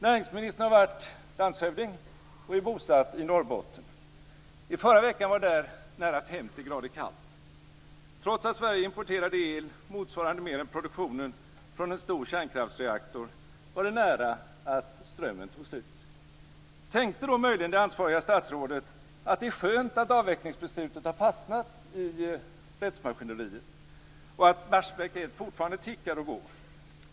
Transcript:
Näringsministern har varit landshövding och är bosatt i Norrbotten. I förra veckan var där nära 50 grader kallt. Trots att Sverige importerade el motsvarande mer än produktionen från en stor kärnkraftsreaktor var det nära att strömmen tog slut. Tänkte då möjligen det ansvariga statsrådet att det är skönt att avvecklingsbeslutet har fastnat i rättsmaskineriet och att Barsebäck 1 fortfarande tickar och går?